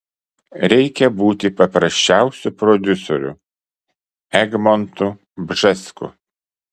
reikia būti paprasčiausiu prodiuseriu egmontu bžesku